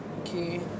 okay